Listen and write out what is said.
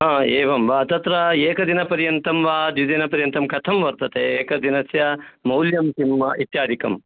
ह एवं वा तत्र एकदिनपर्यन्तं वा द्विदिनपर्यन्तं कथं वर्तते एकदिनस्य मौल्यं किं वा इत्यादिकं